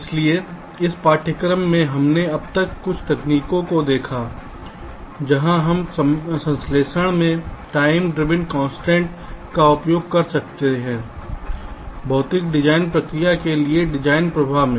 इसलिए इस पाठ्यक्रम में हमने अब तक कुछ तकनीकों को देखा है जहां हम संश्लेषण में टाइम ड्रिवेन कंस्ट्रेंट्स का उपयोग कर सकते हैं भौतिक डिजाइन प्रक्रिया के लिए डिजाइन प्रवाह में